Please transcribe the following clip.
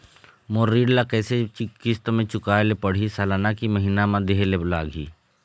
मोर ऋण ला कैसे किस्त म चुकाए ले पढ़िही, सालाना की महीना मा देहे ले लागही?